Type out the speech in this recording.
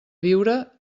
viure